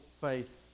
faith